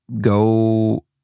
go